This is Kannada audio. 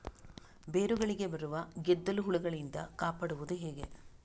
ಬೇರುಗಳಿಗೆ ಬರುವ ಗೆದ್ದಲು ಹುಳಗಳಿಂದ ಕಾಪಾಡುವುದು ಹೇಗೆ?